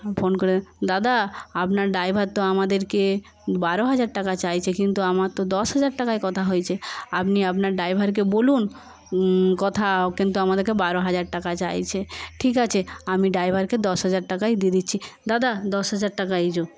phone করে দাদা আপনার ড্রাইভার তো আমাদেরকে বারো হাজার টাকা চাইছে কিন্তু আমার তো দশ হাজার টাকায় কথা হয়েছে আপনি আপনার ড্রাইভারকে বলুন কথা কিন্তু আমাদেরকে বারো হাজার টাকা চাইছে ঠিক আছে আমি ড্রাইভারকে দশ হাজার টাকাই দিয়ে দিচ্ছি দাদা দশ হাজার টাকা এই যো